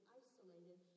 isolated